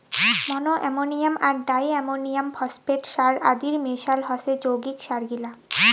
মনো ammonium আর di ammonium phosphate সার আদির মিশাল হসে যৌগিক সারগিলা